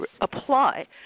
apply